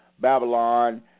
Babylon